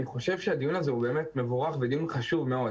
אני חושב שהדיון הוא באמת מבורך ודיון חשוב מאוד.